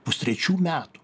pustrečių metų